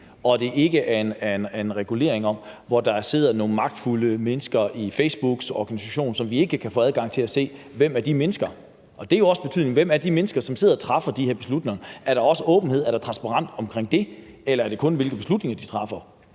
og det ikke er en regulering, hvor der sidder nogle magtfulde mennesker i Facebooks organisation, som vi ikke kan få adgang til at se hvem er. Og det har jo også betydning, hvem de mennesker, som sidder og træffer de her beslutninger, er. Er der også åbenhed og transparens omkring det, eller er det kun om, hvilke beslutninger de træffer?